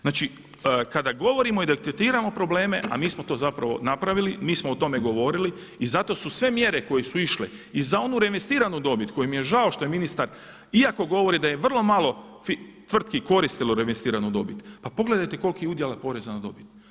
Znači kada govorimo i detektiramo probleme a mi smo to zapravo napravili, mi smo o tome govorili i zato su sve mjere koje su išle i za onu reinvestiranu dobit koju mi je žao što je ministar, iako govori da je vrlo malo tvrtki koristilo reinvestiranu dobit a pogledajte koliki udio poreza na dobit.